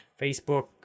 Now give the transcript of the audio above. Facebook